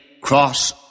cross